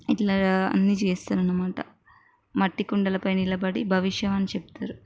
ఇట్లా అన్నీ చేస్తారు అన్నమాట మట్టి కుండలపై నిలబడి భవిష్యవాణి చెప్తారు